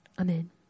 Amen